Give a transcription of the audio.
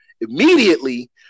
immediately